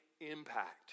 impact